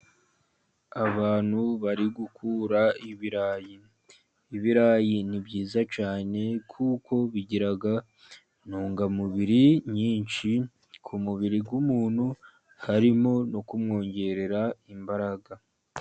Abantu bari gukura ibirayi. Ibirayi ni byiza cyane, kuko bigira intungamubiri nyinshi ku mubiri w'umuntu, harimo no kumwongerera imbaraga.